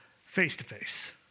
face-to-face